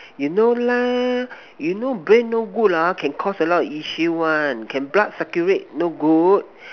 you know lah you know brain no good ah can cause a lot issue one can blood circulate no good